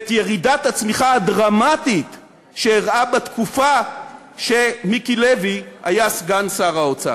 ירידת הצמיחה הדרמטית שאירעה בתקופה שמיקי לוי היה סגן שר האוצר.